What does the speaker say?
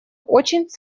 очень